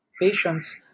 patients